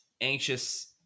anxious